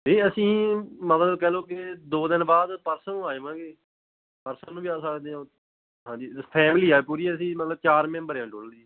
ਨਹੀਂ ਅਸੀਂ ਮਤਲਬ ਕਹਿ ਲਓ ਕਿ ਦੋ ਦਿਨ ਬਾਅਦ ਪਰਸੋਂ ਨੂੰ ਆ ਜਾਵਾਂਗੇ ਪਰਸੋਂ ਨੂੰ ਵੀ ਆ ਸਕਦੇ ਹੋ ਹਾਂਜੀ ਫੈਮਲੀ ਆ ਪੂਰੀ ਅਸੀਂ ਮਤਲਬ ਚਾਰ ਮੈਂਬਰ ਆ ਟੋਟਲ ਜੀ